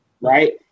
Right